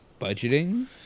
budgeting